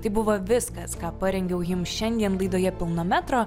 tai buvo viskas ką parengiau jums šiandien laidoje pilno metro